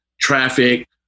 Traffic